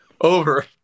Over